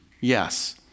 Yes